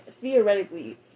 Theoretically